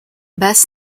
best